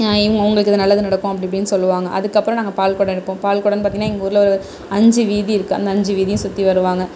இவங்க உங்களுக்கு இது நல்லது நடக்கும் அப்படி இப்படின்னு சொல்லுவாங்க அதுக்கு அப்பறம் நாங்கள் பால் குடம் எடுப்போம் பால் குடம்னு பார்த்திங்ன்னா எங்கள் ஊரில் ஒரு அஞ்சு இருக்கு அந்த அஞ்சு வீதியும் சுற்றி வருவாங்க